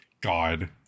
god